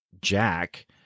Jack